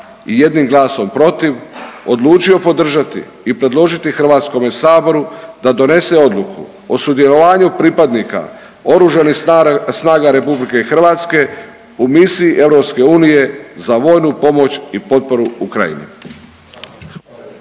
i 1 glasom protiv odlučio podržati i predložiti Hrvatskom saboru da donese Odluku o sudjelovanju pripadnika Oružanih snaga RH u misiji EU za vojnu pomoć i potporu Ukrajini.